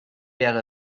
wäre